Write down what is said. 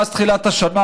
מאז תחילת השנה,